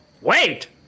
wait